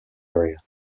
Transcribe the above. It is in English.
area